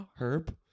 Herb